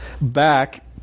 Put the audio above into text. back